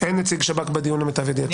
אין נציג שב"כ בדיון למיטב ידיעתי.